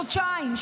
חודשיים,